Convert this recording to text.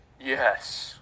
Yes